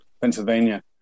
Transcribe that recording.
Pennsylvania